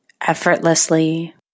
effortlessly